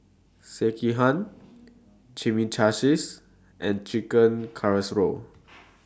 Sekihan Chimichangas and Chicken Casserole